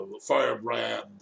firebrand